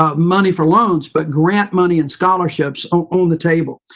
ah money for loans, but grant money and scholarships on the table.